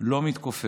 לא מתכופף.